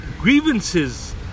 grievances